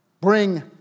bring